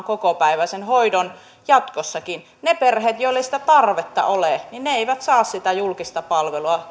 kokopäiväisen hoidon jatkossakin ne perheet joilla ei sitä tarvetta ole eivät saa sitä julkista palvelua